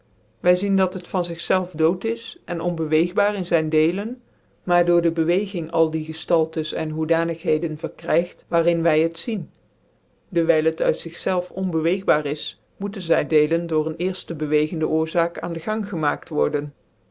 wy zien dat het van zi zclvcn dood is en onbeweegbaar in zyn delen maar door dc beweging al die geftaltefts en hoedanigheden verkrygt waarin wyhet zien dewijl het uit zig zclvcn onbeweegbaar is moeten zyn dcelcn door een cerfte bewegende oorzaak aan dc gang gemaakt wrden